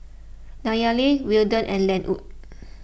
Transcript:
Nayely Weldon and Lenwood